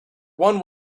one